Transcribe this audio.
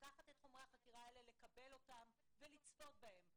לקבל את חומרי החקירה ולצפות בהם.